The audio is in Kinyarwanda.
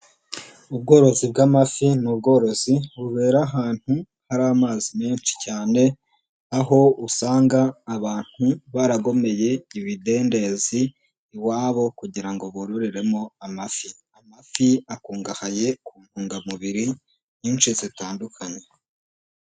Ubworozi bw'amafi n'ubworozi bubera ahantu hari amazi menshi cyane aho usanga abantu baragomeye ibidendezi iwabo kugira ngo bororeremo amafi, amafi akungahaye ku ntungamubiri nyinshi zitandukanye.